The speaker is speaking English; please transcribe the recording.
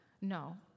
No